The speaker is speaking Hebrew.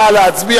נא להצביע.